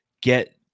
get